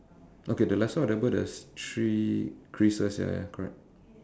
okay the left side of the bird there's three creases ya ya correct